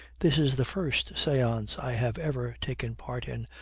this is the first seance i have ever taken part in,